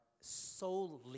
solely